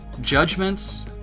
Judgments